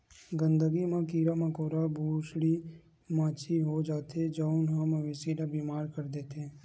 गंदगी म कीरा मकोरा, भूसड़ी, माछी हो जाथे जउन ह मवेशी ल बेमार कर देथे